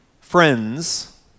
Friends